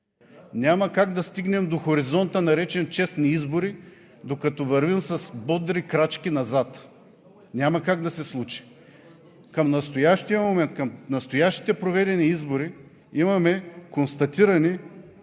няма как да стигнем до хоризонта, наречен честни избори, докато вървим с бодри крачки назад. Няма как да се случи! Към настоящия момент, към настоящите проведени избори имаме констатирани